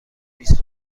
بیست